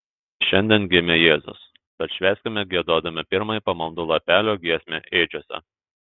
šiandien gimė jėzus tad švęskime giedodami pirmąją pamaldų lapelio giesmę ėdžiose